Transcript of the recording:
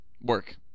Work